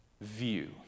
view